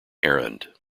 errand